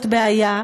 וזו בעיה,